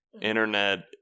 internet